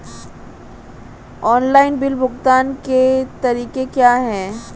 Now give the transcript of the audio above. Online bill भुगतान के तरीके क्या हैं?